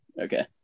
Okay